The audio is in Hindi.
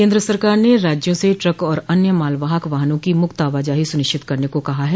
केन्द्र सरकार ने राज्यों से ट्रक और अन्य माल वाहक वाहनों की मुक्त आवाजाही सुनिश्चित करने को कहा है